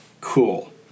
Cool